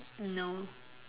no